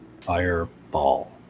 Fireball